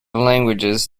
languages